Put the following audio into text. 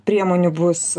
priemonių bus